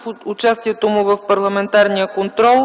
за участието му в парламентарния контрол.